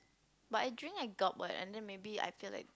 but I drink I gulp what and then maybe I feel like